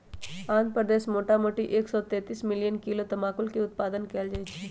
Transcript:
आंध्र प्रदेश मोटामोटी एक सौ तेतीस मिलियन किलो तमाकुलके उत्पादन कएल जाइ छइ